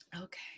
Okay